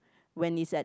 when is at